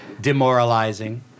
demoralizing